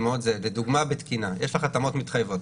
לדוגמה בתקינה יש לך התאמות מתחייבות.